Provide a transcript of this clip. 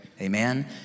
Amen